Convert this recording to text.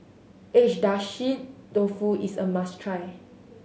Agedashi Dofu is a must try